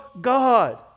God